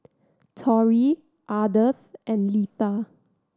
Torry Ardeth and Letha